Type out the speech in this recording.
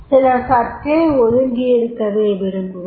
சிலர் சற்றே ஒதுங்கியிருக்கவே விரும்புவர்